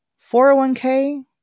401k